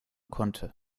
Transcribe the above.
konnte